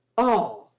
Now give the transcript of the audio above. all!